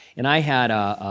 and i had